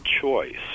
choice